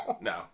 No